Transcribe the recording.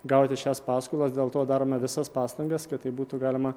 gauti šias paskolas dėl to darome visas pastangas kad tai būtų galima